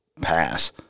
pass